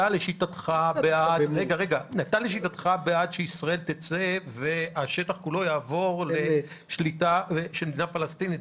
אתה לשיטתך בעד שישראל תצא והשטח כולו יעבור לשליטה של מדינה פלסטינית.